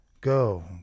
Go